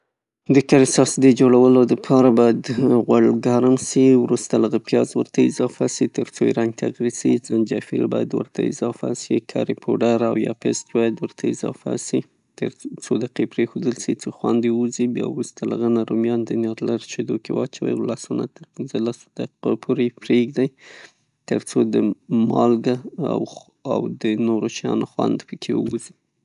د کري ساس د جوړولو د پاره غوړ ګرم سي، وروسته له هغه پیاز ورته اضافه سي تر څو یې رنګ چغه سي، زنجفیل ورته اضافه سي، کري پوډر او یا پست ورته اضافه سي. تر څو دقیقو پریښودل سي څې خوند یې ووځي بیا وروسته د هغه نه رومیان د نیورولر شیدون کې واچوئ، له لسو نه تر پنځه لسو دقو پورې یې پریږدئ تر څو د مالګه او نورو شیانو خوند پکې ووځي.